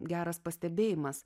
geras pastebėjimas